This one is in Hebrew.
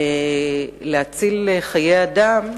נועד לגונן על חיי אדם,